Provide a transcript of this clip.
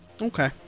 Okay